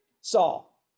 Saul